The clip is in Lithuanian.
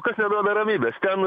kas neduoda ramybės ten